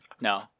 No